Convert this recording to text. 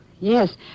yes